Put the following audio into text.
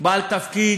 בעל תפקיד,